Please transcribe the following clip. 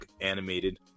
animated